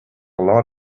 lot